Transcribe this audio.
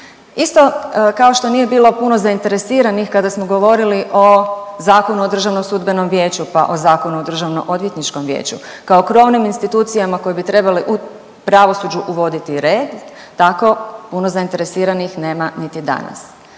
Isto kao što nije bilo puno zainteresiranih kada smo govorili o Zakonu o DSV-u, pa o Zakonu o DOV-u, kao krovnim institucijama koje bi trebale u pravosuđu uvoditi red tako puno zainteresiranih nema niti danas,